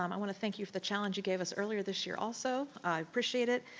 um i wanna thank you for the challenge you gave us earlier this year also, i appreciate it.